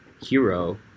hero